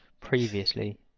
previously